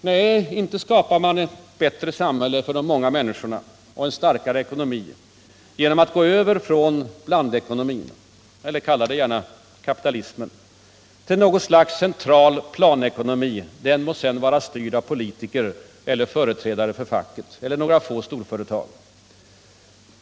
Nej, inte skapar man ett bättre samhälle för de många människorna och en starkare ekonomi genom att gå över från blandekonomin — kalla den gärna kapitalismen -— till något slags central planekonomi, den må sedan vara styrd av politiker eller företrädare för facket eller några få storföretag.